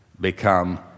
become